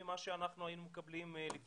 ולא כפי שהיה לפני 20,